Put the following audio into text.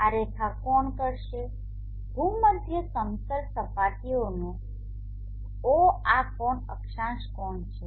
આ રેખા કોણ કરશે ભૂમધ્ય સમતલ સપાટીનાઓનો Ф આ કોણ અક્ષાંશ કોણ છે